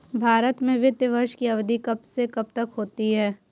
भारत में वित्तीय वर्ष की अवधि कब से कब तक होती है?